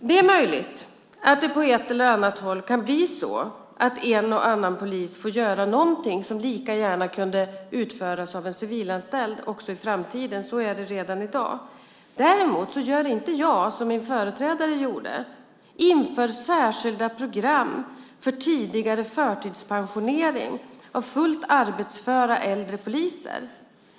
Det är möjligt att det på ett eller annat håll kan bli så att en och annan polis får göra någonting som lika gärna kunde utföras av en civilanställd också i framtiden. Så är det redan i dag. Däremot gör inte jag som min företrädare gjorde och inför särskilda program för tidigare förtidspensionering av fullt arbetsföra äldre poliser.